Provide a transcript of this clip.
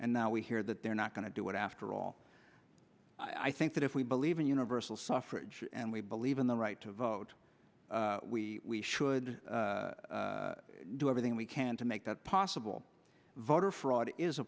and now we hear that they're not going to do it after all i think that if we believe in universal suffrage and we believe in the right to vote we should do everything we can to make that possible voter fraud is a